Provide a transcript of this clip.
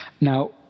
Now